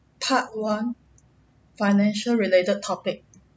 part one financial related topic